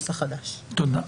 תודה.